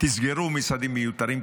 תסגרו משרדים מיותרים,